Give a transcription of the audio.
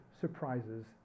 surprises